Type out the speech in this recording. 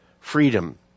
freedom